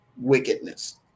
wickedness